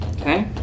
Okay